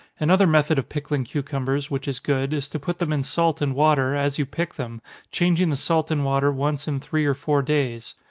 another method of pickling cucumbers, which is good, is to put them in salt and water, as you pick them changing the salt and water once in three or four days.